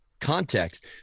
Context